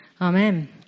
Amen